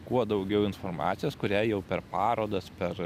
kuo daugiau informacijos kurią jau per parodas per